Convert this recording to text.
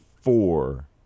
four